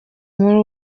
muri